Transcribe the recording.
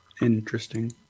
Interesting